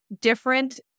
Different